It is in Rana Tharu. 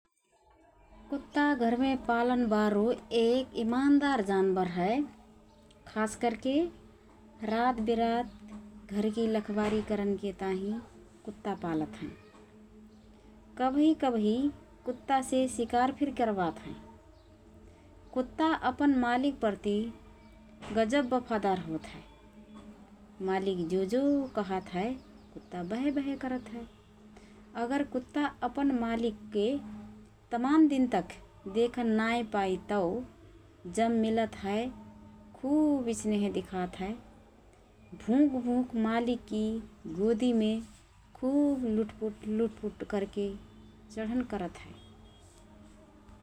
कुत्ता घरमे पालन बारो एक इमान्दार जानबर हए । खास करके रात बिरात घरकी लखबारी करनके ताहिँ कुत्ता पालत हएँ । कबही कबही कुत्तासे सिकार फिर करबात हएँ । कुत्ता अपन मालिकप्रति गजब बफादार होतहए । मालिक जो जो कहत हए कुत्ता बेहे बेहे करत हए । अगर कुत्ता अपन मालिकके तमान दिनतक देखन नाएँ पाई तओ जब मिलत हए खुब स्नेह दिखात हए । भुँक भुँक मालिककी गोदिमे खुब लुट्पुट लुट्पुट करके चढन करत हए ।